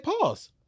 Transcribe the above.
pause